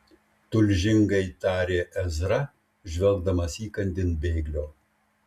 tulžingai tarė ezra žvelgdamas įkandin bėglio